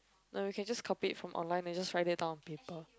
no we can just copy it from online then just write it down on paper